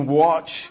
watch